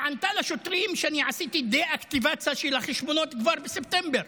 היא ענתה לשוטרים: אני עשיתי דה-אקטיבציה של החשבונות כבר בספטמבר.